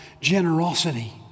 generosity